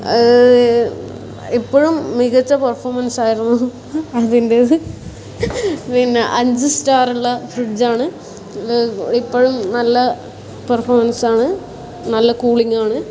ഇപ്പോഴും മികച്ച പെർഫോമൻസ് ആയിരുന്നു അതിന്റേത് പിന്നെ അഞ്ച് സ്റ്റാർ ഉള്ള ഫ്രിഡ്ജ് ആണ് ഇപ്പോഴും നല്ല പെർഫോമൻസ് ആണ് നല്ല കൂളിംഗ് ആണ്